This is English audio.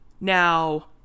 now